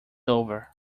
over